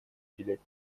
уделять